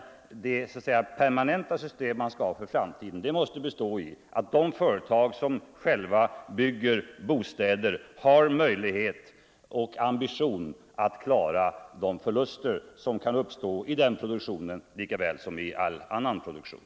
Det permanenta systemet man skall ha för framtiden måste bestå i att de företag som själva bygger bostäder har möjlighet och ambition att klara de förluster som kan uppstå i den produktionen lika väl som i all annan produktion.